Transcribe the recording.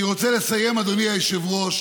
אני רוצה לסיים, אדוני היושב-ראש,